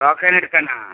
token എടുക്കണോ